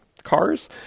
cars